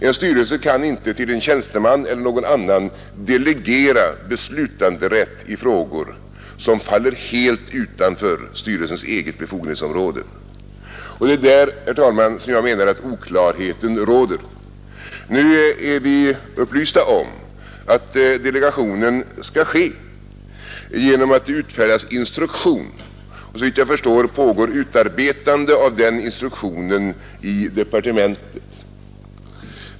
En styrelse kan inte till en tjänsteman eller någon annan delegera beslutanderätt i frågor, som faller helt utanför styrelsens eget befogenhetsområde. Det är där, herr talman, som jag menar att oklarheten råder. Nu är vi upplysta om att delegationen skall ske genom att det utfärdas instruktion, och såvitt jag förstår pågår utarbetande av denna instruktion i departementet.